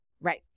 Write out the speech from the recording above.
Right